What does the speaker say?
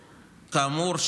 אבל כאמור,